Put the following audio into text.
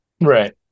Right